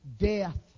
Death